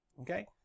okay